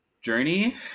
journey